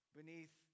beneath